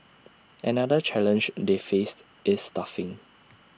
another challenge they faced is staffing